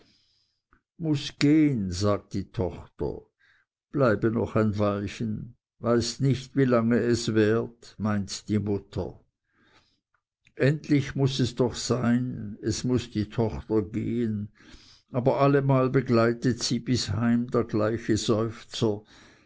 muß gehen sagt die tochter bleibe noch ein klein weilchen weißt nicht wie lange es währt meint die mutter endlich muß es doch sein es muß die tochter gehn aber allemal begleitet sie bis heim der gleiche